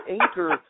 anchor